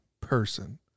person